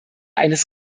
eines